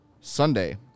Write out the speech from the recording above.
Sunday